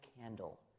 candle